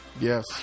Yes